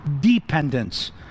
dependence